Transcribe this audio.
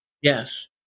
Yes